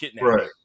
right